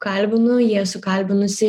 kalbinu jį esu kalbinusi